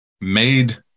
made